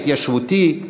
ההתיישבותי.